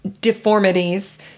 deformities